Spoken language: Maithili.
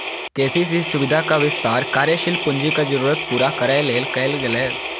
के.सी.सी सुविधाक विस्तार कार्यशील पूंजीक जरूरत पूरा करै लेल कैल गेलै